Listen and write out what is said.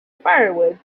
firewood